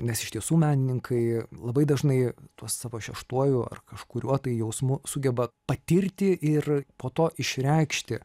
nes iš tiesų menininkai labai dažnai tuo savo šeštuoju ar kažkuriuo tai jausmu sugeba patirti ir po to išreikšti